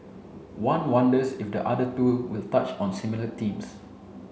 one wonders if the other two will touch on similar themes